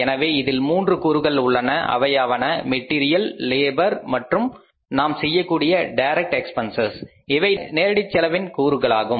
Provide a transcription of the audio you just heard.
எனவே இதில் மூன்று கூறுகள் உள்ளன அவையாவன மெட்டீரியல் லேபர் மற்றும் நாம் செய்யக்கூடிய டைரக்ட் எக்பென்சஸ் இவை நேரடித் செலவின் கூறுகளாகும்